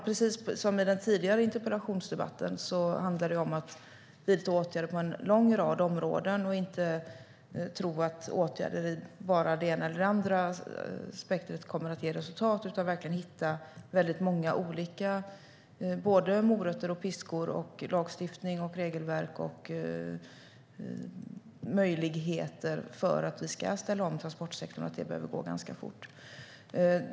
Precis som i den tidigare interpellationsdebatten handlar det om att vidta åtgärder på en lång rad områden och inte tro att åtgärder bara i det ena eller andra spektrat kommer att ge resultat. Det gäller att hitta väldigt många olika morötter och piskor, lagstiftning, regelverk och möjligheter för att vi ska ställa om transportsektorn, och det behöver gå ganska fort.